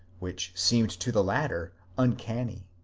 which seemed to the latter uncaniiy.